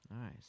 Nice